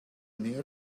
near